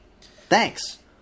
Thanks